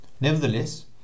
Nevertheless